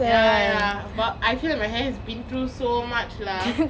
ya ya but I feel that my hair has been through so much lah